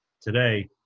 today